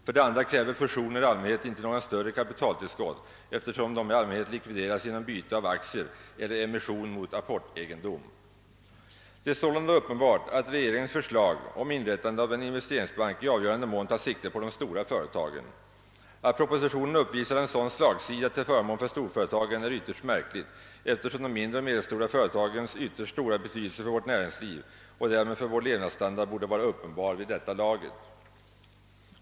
För det andra kräver fusioner i allmänhet icke något större kapitaltillskott, eftersom de i allmänhet likvideras genom byte av aktier eller emission mot apportegendom. Det är sålunda uppenbart att regeringens förslag om inrättande av en investeringsbank i avgörande mån tar sikte på de stora företagen. Att propositionen uppvisar en sådan slagsida till förmån för storföretagen är ytterst märkligt, eftersom de mindre och medelstora företagens ytterst stora betydelse för vårt näringsliv och därmed för vår levnadsstandard borde vara uppenbar vid detta laget.